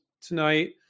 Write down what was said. tonight